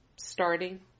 starting